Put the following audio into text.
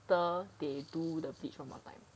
after the they do the bleach one more time